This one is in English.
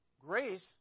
grace